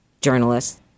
journalists